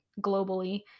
globally